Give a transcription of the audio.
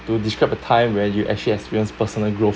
to describe a time where you actually experienced personal growth